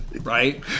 Right